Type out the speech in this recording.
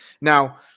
Now